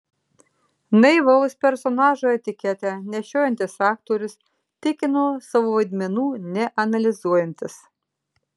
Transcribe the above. naivaus personažo etiketę nešiojantis aktorius tikino savo vaidmenų neanalizuojantis